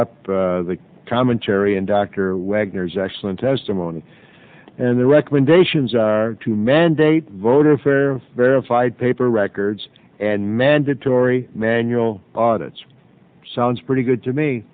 up the commentary and dr wagner's actual testimony and the recommendations are to mandate voted for verified paper records and mandatory manual audits sounds pretty good to me